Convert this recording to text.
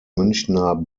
münchner